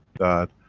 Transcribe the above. that,